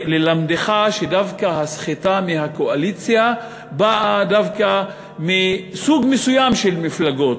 ללמדך שהסחיטה מהקואליציה דווקא באה דווקא מסוג מסוים של מפלגות,